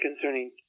concerning